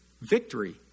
victory